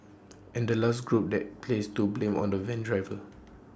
and the last group that placed to blame on the van driver